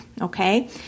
okay